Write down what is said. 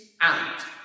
out